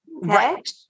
Right